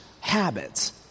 habits